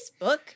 facebook